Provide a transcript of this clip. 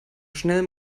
schnell